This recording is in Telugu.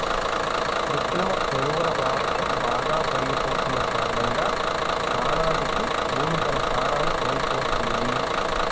కృత్రిమ ఎరువుల వాడకం బాగా పెరిగిపోతన్న కారణంగా నానాటికీ భూమి తన సారాన్ని కోల్పోతంది